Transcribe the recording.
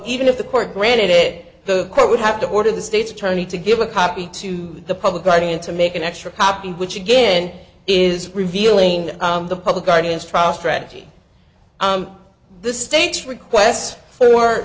even if the court granted it the court would have to order the state's attorney to give a copy to the public guardian to make an extra copy which again is revealing the public guardian's trial strategy the state's requests for